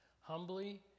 humbly